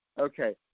Okay